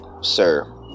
sir